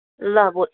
ल